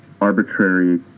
arbitrary